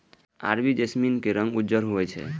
अरबी जैस्मीनक रंग उज्जर होइ छै